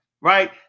right